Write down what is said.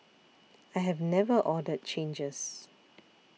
I have never ordered changes